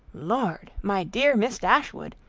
lord! my dear miss dashwood!